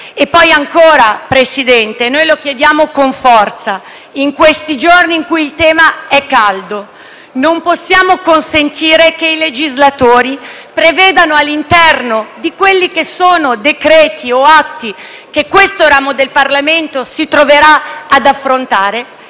Signor Presidente, lo chiediamo con forza in questi giorni in cui il tema è caldo: non possiamo consentire che i legislatori prevedano, all'interno dei decreti-legge o degli atti che questo ramo del Parlamento si troverà ad affrontare,